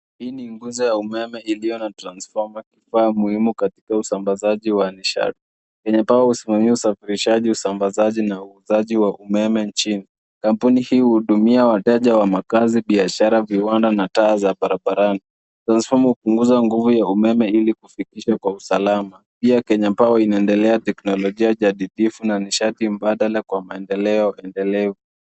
Hii nguzo ya umeme ilio na tranfoma kifaa muhimu katika usambazaji wa nishati. Kenya Power usimamia usafirishaji usambazaji na uuzaji wa umeme njini. Kampuni hii hudumia wateja wa makazi, biashara, viwanda na taa za barabarani. Transfoma upunguza nguvu ya umeme ili kufikisha kwa usalama. Pia Kenya Power inaendelea teknolojia chatitufu na nishati mbadala kwa maendeleo endelevu.